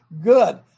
good